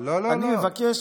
אני מבקש